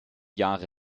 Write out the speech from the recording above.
jahre